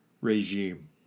regime